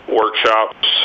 workshops